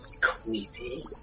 creepy